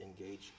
engage